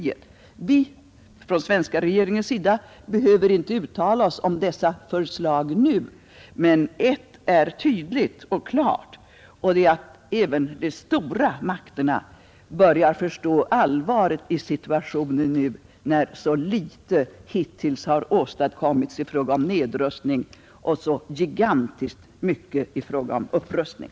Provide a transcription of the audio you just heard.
Vi från svenska regeringens sida behöver inte uttala oss om dessa förslag nu, men ett är tydligt och klart, och det är att även stormakterna börjar förstå allvaret i situationen, när så litet hittills har åstadkommits i fråga om nedrustning och så gigantiskt mycket i fråga om upprustning.